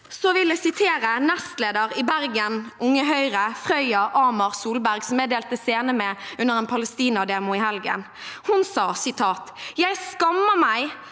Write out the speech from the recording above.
vil jeg sitere nestlederen i Bergen Unge Høyre, Frøya Ahmer Solberg, som jeg delte scene med under en Palestina-demonstrasjon i helgen. Hun sa: Jeg skammer meg